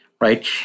right